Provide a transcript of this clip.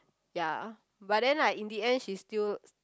ya but then like in the end she still